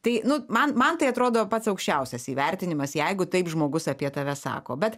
tai nu man man tai atrodo pats aukščiausias įvertinimas jeigu taip žmogus apie tave sako bet